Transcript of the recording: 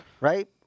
Right